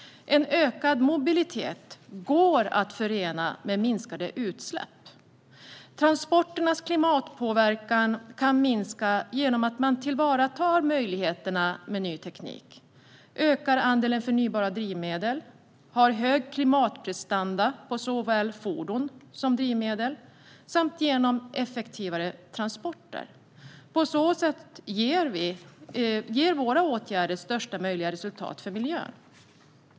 En ökad mobilitet går att förena med minskade utsläpp. Transporternas klimatpåverkan kan minska genom att man tillvaratar möjligheterna med ny teknik, ökar andelen förnybara drivmedel och har hög klimatprestanda på såväl fordon som drivmedel samt genom effektivare transporter. På så sätt ger våra åtgärder största möjliga resultat för miljön.